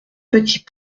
petit